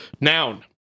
Noun